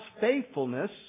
faithfulness